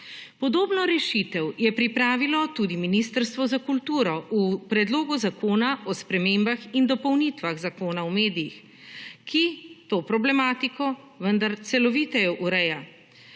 Podobno rešitev je pripravilo tudi Ministrstvo za kulturo v Predlogu zakona o spremembah in dopolnitvah Zakona o medijih, ki to problematiko vendar celoviteje ureja.